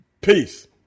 Peace